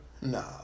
Nah